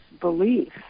belief